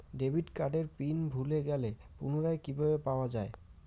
Debit কার্ডের pin ভুলে গেলে পুনরায় কিভাবে পাওয়া য়ায়?